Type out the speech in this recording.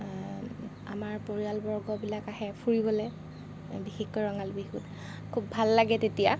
আমাৰ পৰিয়ালবৰ্গবিলাক আহে ফুৰিবলৈ বিশেষকৈ ৰঙালী বিহুত খুব ভাল লাগে তেতিয়া